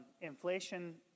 Inflation